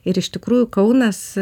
ir iš tikrųjų kaunas